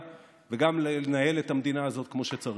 וגם לנהל את המדינה הזאת כמו שצריך.